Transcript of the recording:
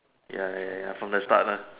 ya ya ya from the start lah